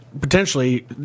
potentially